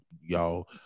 y'all